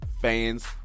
fans